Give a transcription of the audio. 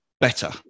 better